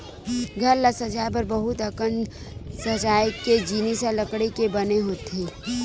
घर ल सजाए बर बहुत अकन सजाए के जिनिस ह लकड़ी के बने होथे